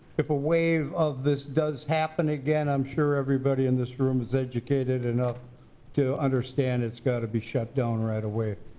if a wave of this does happen again, i'm sure everybody in this room is educated enough to understand it's gotta be shut down right away.